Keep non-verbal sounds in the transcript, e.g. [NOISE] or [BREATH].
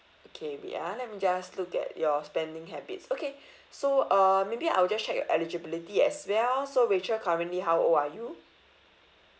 okay wait ah let me just look at your spending habits okay [BREATH] so uh maybe I'll just check your eligibility as well so rachel currently how old are you